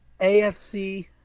AFC